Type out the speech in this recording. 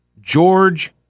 George